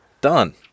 Done